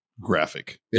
graphic